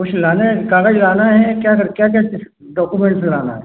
कुछ लाना है कागज़ लाना है क्या कर क्या कैसे डौकुमेंट्स लाना है